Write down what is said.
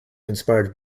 inspired